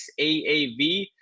aav